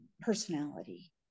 personality